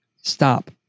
Stop